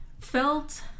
felt